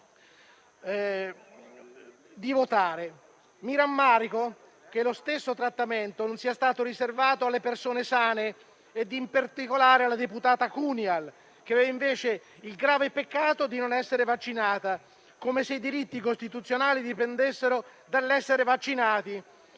Mi rammarico che lo stesso trattamento non sia stato riservato alle persone sane e in particolare alla deputata Cunial, che invece ha commesso il grave peccato di non essere vaccinata, come se i diritti costituzionali dipendessero dall'essere vaccinati.